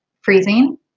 freezing